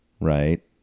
Right